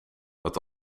want